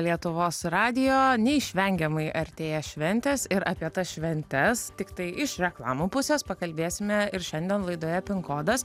lietuvos radijo neišvengiamai artėja šventės ir apie tas šventes tiktai iš reklamų pusės pakalbėsime ir šiandien laidoje pin kodas